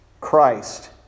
Christ